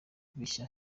bishya